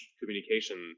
communication